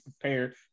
prepared